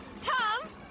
Tom